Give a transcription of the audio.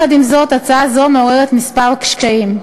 עם זאת, הצעה זו מעוררת כמה קשיים: